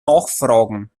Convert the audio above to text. nachfragen